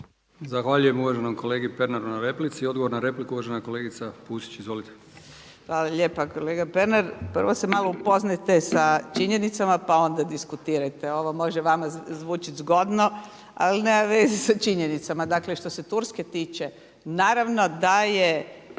Zahvaljujem uvaženom kolegi Pernaru na replici. Odgovor na repliku uvažena kolegica Pusić. Izvolite. **Pusić, Vesna (HNS)** Hvala lijepa. Kolega Pernar, prvo se malo upoznajte sa činjenicama pa onda diskutirajte. Ovo može vama zvučiti zgodno ali nema veze sa činjenicama. Dakle što se Turske tiče naravno da je